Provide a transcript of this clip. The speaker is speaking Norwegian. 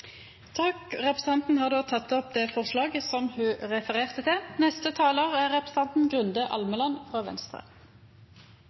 Representanten Hege Bae Nyholt har teke opp det forslaget ho refererte til.